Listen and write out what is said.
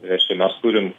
nes čia mes turim